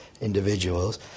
individuals